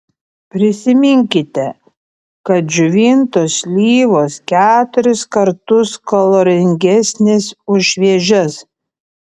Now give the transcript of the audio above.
prisiminkite kad džiovintos slyvos keturis kartus kaloringesnės už šviežias